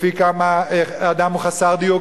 לפי כמה שנים אדם הוא חסר דיור,